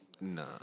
Nah